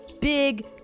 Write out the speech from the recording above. big